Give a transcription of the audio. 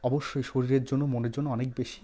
অবশ্যই শরীরের জন্য মনের জন্য অনেক বেশি